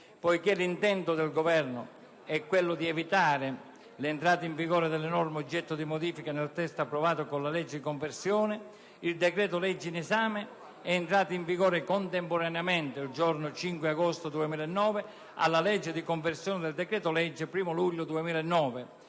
Poiché l'intento del Governo è quello di evitare l'entrata in vigore delle norme oggetto di modifica nel testo approvato con la legge di conversione, il decreto-legge in esame è entrato in vigore il giorno 5 agosto 2009, contemporaneamente alla legge di conversione del decreto-legge 1° luglio 2009,